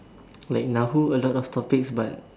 like Nahu a lot of topics but